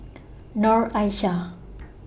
Noor Aishah